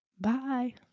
Bye